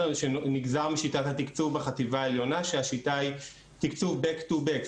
נגזר משיטת התקצוב בחטיבה העליונה שהשיטה היא תקצוב back-to-back.